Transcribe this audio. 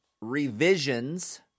revisions